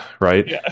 right